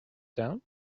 down